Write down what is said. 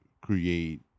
create